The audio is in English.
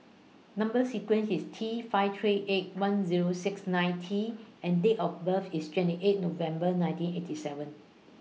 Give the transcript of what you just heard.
Number sequence IS T five three eight one Zero six nine T and Date of birth IS twenty eight November nineteen eighty seven